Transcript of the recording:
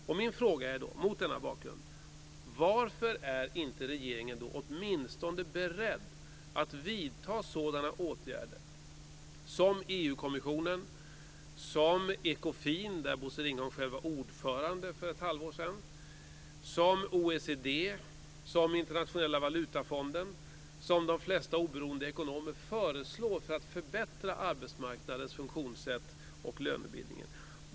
Mot denna bakgrund är min fråga: Varför är inte regeringen åtminstone beredd att vidta sådana åtgärder som EU-kommissionen, Ekofin, där Bosse Ringholm själv var ordförande för ett halvår sedan, OECD, Internationella valutafonden och de flesta oberoende ekonomer föreslår för att förbättra arbetsmarknadens funktionssätt och lönebildningen?